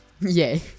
Yay